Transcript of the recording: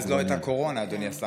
אז לא הייתה קורונה, אדוני השר.